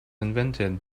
invented